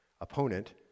opponent